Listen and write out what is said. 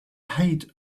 height